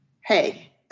hey